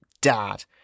dad